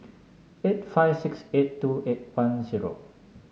eight five six eight two eight one zero